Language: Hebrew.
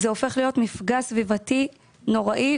זה הופך להיות מפגע סביבתי נוראי,